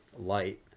light